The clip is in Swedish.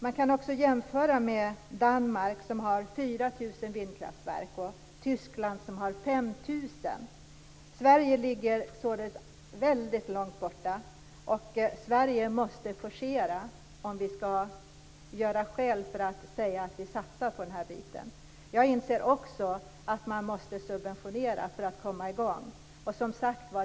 Man kan också jämföra med Danmark, som har 4 000 vindkraftverk och Tyskland, som har 5 000. Sverige ligger således långt efter och måste forcera, om vi ska kunna säga att vi satsar på vindkraft. Jag inser också att man måste subventionera för att komma i gång.